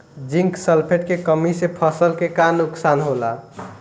Zinc sulphate के कमी से फसल के का नुकसान होला?